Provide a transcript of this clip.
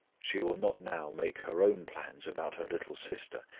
she will not now make her own plans about her little sister,